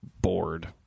Bored